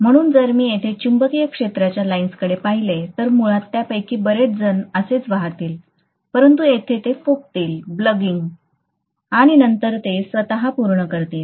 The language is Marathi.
म्हणून जर मी येथे चुंबकीय क्षेत्राच्या लाइन्सकडे पाहिले तर मुळात त्यापैकी बरेच जण असेच वाहतील परंतु येथे ते फुगतील आणि नंतर ते स्वत पूर्ण करतील